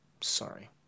sorry